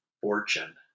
fortune